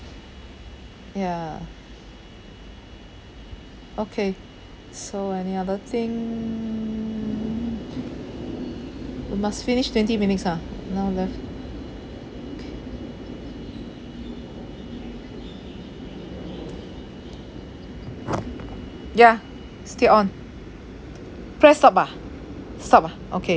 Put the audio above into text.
ya okay so any other thing we must finish twenty minutes ha now left ya still on press stop ah stop ah okay